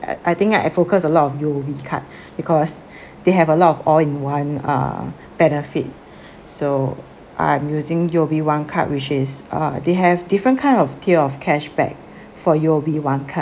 I I think I focus a lot of U_O_B card because they have a lot of all in one uh benefit so I'm using U_O_B one card which is uh they have different kind of tier of cashback for U_O_B one card